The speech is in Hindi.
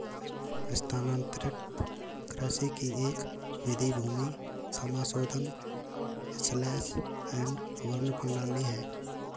स्थानांतरित कृषि की एक विधि भूमि समाशोधन स्लैश एंड बर्न प्रणाली है